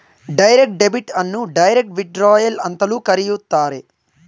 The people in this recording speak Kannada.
ಡೈರೆಕ್ಟ್ ಡೆಬಿಟ್ ಅನ್ನು ಡೈರೆಕ್ಟ್ ವಿಥ್ ಡ್ರಾಯಲ್ ಅಂತಲೂ ಕರೆಯುತ್ತಾರೆ